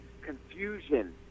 confusion